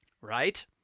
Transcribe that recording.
right